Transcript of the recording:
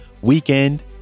weekend